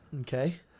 Okay